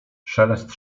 szelest